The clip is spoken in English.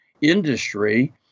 industry